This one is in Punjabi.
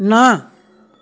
ਨਾ